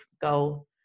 go